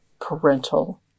parental